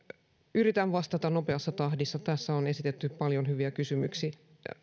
yritän vastata nopeassa tahdissa tässä on esitetty paljon hyviä kysymyksiä